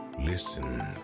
listen